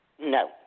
No